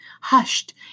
hushed